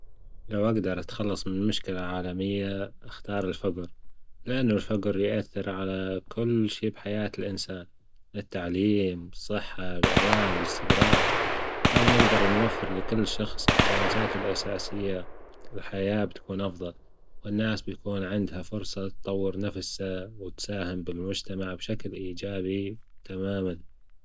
لو أجدر أتخلص من مشكلة عالمية أختار الفجر، لأنه الفجر يأثر على كل شي بحياة الإنسان التعليم، الصحة، الأمان، الإستجرار، أو نجدر نوفر لكل شخص إحتياجاته الأساسية الحياة بتكون أفضل والناس بيكون عندها فرصة تطور نفسها وتساهم بالمجتمع بشكل إيجابي تماما.